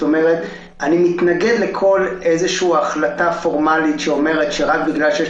אני מתנגד לכל איזושהי החלטה פורמלית שאומרת שרק בגלל שיש